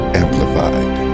amplified